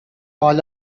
all